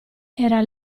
era